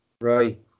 Right